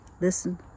listen